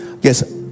yes